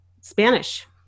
Spanish